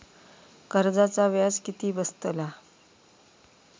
कर्जाचा व्याज किती बसतला?